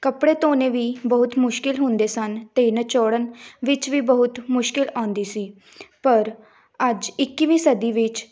ਕੱਪੜੇ ਧੋਣੇ ਵੀ ਬਹੁਤ ਮੁਸ਼ਕਲ ਹੁੰਦੇ ਸਨ ਅਤੇ ਨਿਚੋੜਨ ਵਿੱਚ ਵੀ ਬਹੁਤ ਮੁਸ਼ਕਲ ਆਉਂਦੀ ਸੀ ਪਰ ਅੱਜ ਇੱਕੀਵੀਂ ਸਦੀ ਵਿੱਚ